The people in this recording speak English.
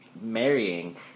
marrying